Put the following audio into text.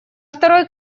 второй